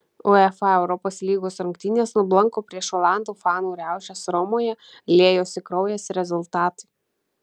uefa europos lygos rungtynės nublanko prieš olandų fanų riaušes romoje liejosi kraujas rezultatai